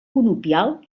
conopial